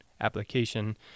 application